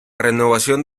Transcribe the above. renovación